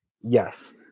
Yes